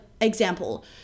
example